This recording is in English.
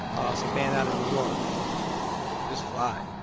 ah so band out of new york it's fly.